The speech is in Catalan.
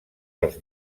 dels